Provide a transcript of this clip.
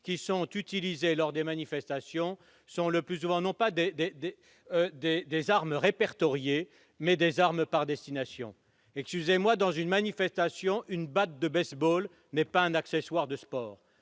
qui sont utilisées lors des manifestations sont le plus souvent non pas des armes répertoriées, mais des armes par destination. Dans une manifestation, une batte de base-ball n'est pas un accessoire de sport,